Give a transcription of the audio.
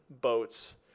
boats